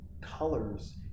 colors